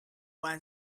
when